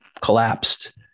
collapsed